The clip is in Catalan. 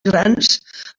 grans